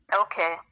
Okay